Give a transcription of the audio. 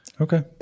Okay